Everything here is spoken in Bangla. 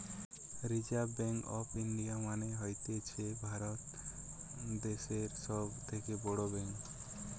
রিসার্ভ ব্যাঙ্ক অফ ইন্ডিয়া মানে হতিছে ভারত দ্যাশের সব থেকে বড় ব্যাঙ্ক